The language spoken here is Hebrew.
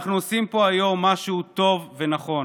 אנחנו עושים פה היום משהו טוב ונכון: